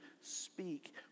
speak